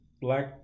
black